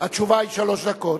התשובה היא שלוש דקות.